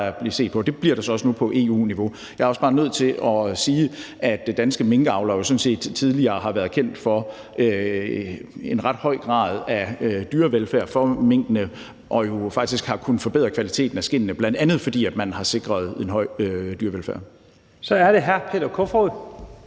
Det bliver der så også nu på EU-niveau. Jeg er også bare nødt til at sige, at de danske minkavlere jo sådan set tidligere har været kendt for en ret høj grad af dyrevelfærd hos minkene og jo faktisk har kunnet forbedre kvaliteten af skindene, bl.a. fordi man har sikret en høj grad af dyrevelfærd.